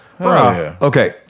Okay